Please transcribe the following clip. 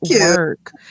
work